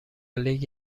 لیگ